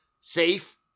safe